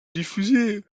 diffusée